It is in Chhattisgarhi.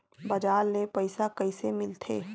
बजार ले पईसा कइसे मिलथे?